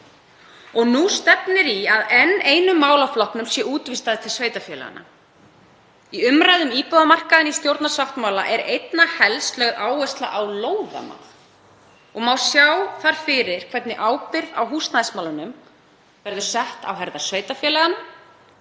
Og nú stefnir í að enn einum málaflokknum sé útvistað til sveitarfélaganna. Í umræðu um íbúðamarkaðinn í stjórnarsáttmála er einna helst lögð áhersla á lóðamál. Má sjá fyrir hvernig ábyrgð á húsnæðismálunum verður sett á herðar sveitarfélaganna